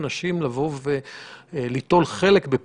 שזו טעות.